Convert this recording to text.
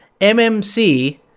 MMC